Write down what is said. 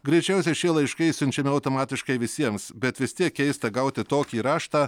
greičiausiai šie laiškai siunčiami automatiškai visiems bet vis tiek keista gauti tokį raštą